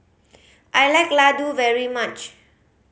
I like laddu very much